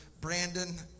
Brandon